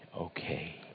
okay